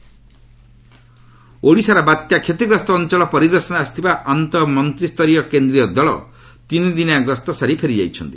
Odisha central team ଓଡ଼ିଶାର ବାତ୍ୟା କ୍ଷତିଗ୍ରସ୍ତ ଅଞ୍ଚଳ ପରିଦର୍ଶନରେ ଆସିଥିବା ଆନ୍ତଃ ମନ୍ତ୍ରୀସ୍ତରୀୟ କେନ୍ଦ୍ରୀୟ ଦଳ ତିନିଦିନିଆ ଗସ୍ତ ସାରି ଫେରିଯାଇଛନ୍ତି